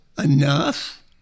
enough